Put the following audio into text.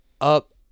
Up